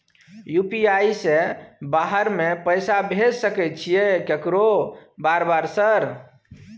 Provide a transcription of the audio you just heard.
UPI से बाहर में पैसा भेज सकय छीयै केकरो बार बार सर?